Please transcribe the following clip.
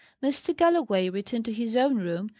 mr. galloway returned to his own room,